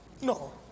No